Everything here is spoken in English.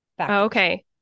Okay